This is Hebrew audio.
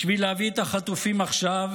בשביל להביא את החטופים עכשיו,